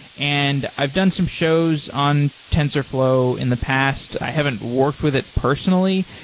and i've done some shows on tensorflow in the past. i haven't worked with it personally,